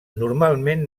normalment